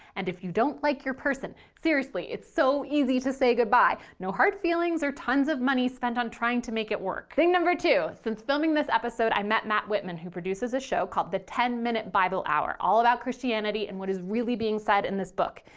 and if you don't like your person, seriously it's so easy to say goodbye no hard feelings or tons of money spent on trying to make it work. thing number two since filming this episode i met matt whitman who produces a show called the ten minute bible hour, all about christianity and what is really being said in this book.